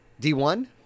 D1